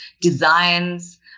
designs